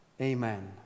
Amen